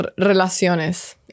Relaciones